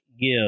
give